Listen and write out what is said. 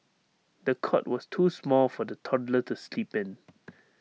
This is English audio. the cot was too small for the toddler to sleep in